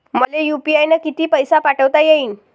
मले यू.पी.आय न किती पैसा पाठवता येईन?